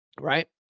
right